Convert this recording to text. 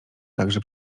także